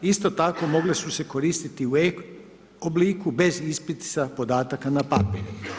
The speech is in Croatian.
Isto tako mogle su se koristiti u e-obliku bez ispisa podataka na papir.